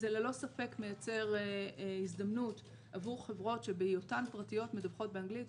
זה ללא ספק מייצר הזדמנות עבור חברות שבהיותן פרטיות מדווחות באנגלית,